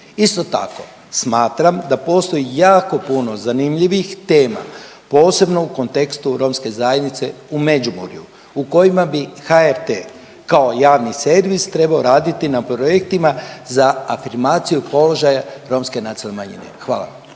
Isto tako smatram da postoji jako puno zanimljivih tema, posebno u kontekstu romske zajednice u Međumurju u kojima bi HRT kao javni servis trebao raditi na projektima za afirmaciju položaja romske nacionalne manjine. Hvala.